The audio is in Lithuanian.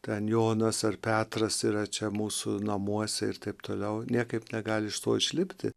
kanjonas ar petras yra čia mūsų namuose ir taip toliau niekaip negali iš to išlipti